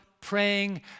praying